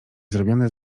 zrobione